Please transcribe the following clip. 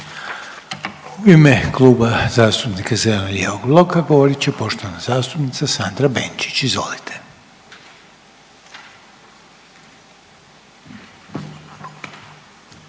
U ime Kluba zastupnika zeleno-lijevog bloka govorit će poštovana zastupnica Sandra Benčić, izvolite.